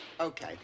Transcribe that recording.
Okay